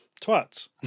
twats